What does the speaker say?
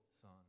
son